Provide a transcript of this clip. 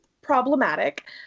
problematic